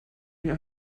mir